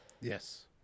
Yes